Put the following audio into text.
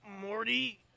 Morty